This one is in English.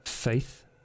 Faith